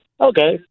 Okay